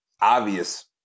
obvious